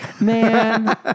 Man